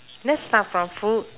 let's start from food